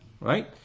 Right